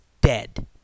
dead